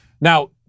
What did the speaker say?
Now